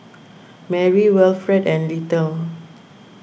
Merri Wilfred and Little